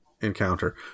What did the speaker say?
encounter